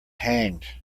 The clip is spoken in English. hanged